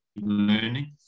learning